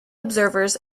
observers